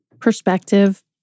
perspective